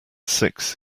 six